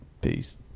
peace